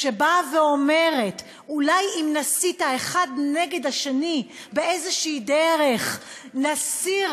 שאומרת: אולי אם נסית אחד נגד השני באיזושהי דרך נסיר